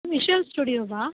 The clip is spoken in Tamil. விஷ்வல் ஸ்டூடியோவா